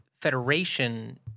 Federation